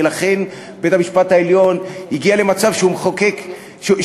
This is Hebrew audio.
ולכן בית-המשפט העליון הגיע למצב שהוא מכריע,